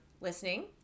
listening